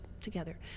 together